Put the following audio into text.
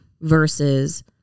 Versus